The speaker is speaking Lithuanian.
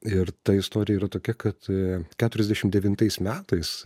ir ta istorija yra tokia kad keturiasdešimt devintais metais